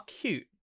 cute